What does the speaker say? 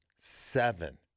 Seven